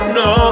no